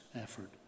effort